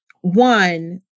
one